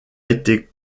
été